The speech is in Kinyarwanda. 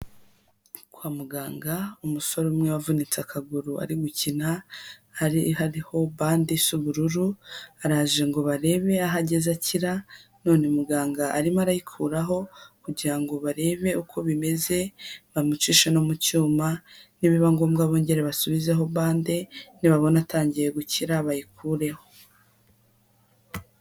Kwa muganga umusore umwe wavunitse akaguru ari gukina, hari hariho bande isa ubururu, araje ngo barebe aho ageze akira, none muganga arimo arayikuraho, kugira ngo barebe uko bimeze, bamucishe no mu cyuma, ni biba ngombwa bongere basubizeho bande, ni babona atangiye gukira bayikureho.